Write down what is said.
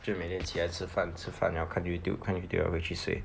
就每天起来吃饭吃饭 liao 看 Youtube 看 Youtube liao 回去睡